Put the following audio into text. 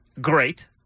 great